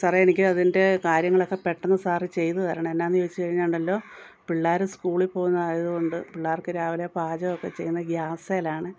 സാറെ എനിക്ക് അതിൻ്റെ കാര്യങ്ങളൊക്കെ പെട്ടെന്ന് സാർ ചെയ്തു തരണം എന്നാന്നു ചോദിച്ചു കഴിഞ്ഞാൽ ഉണ്ടല്ലോ പിള്ളേർ സ്കൂളിൽ പോകുന്നതായതു കൊണ്ടു പിള്ളേർക്കു രാവിലെ പാചകമൊക്കെ ചെയ്യുന്ന ഗ്യാസിലാണ്